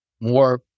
more